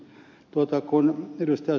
kun ed